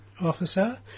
officer